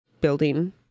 building